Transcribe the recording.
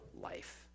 life